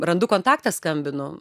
randu kontaktą skambinu